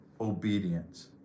obedience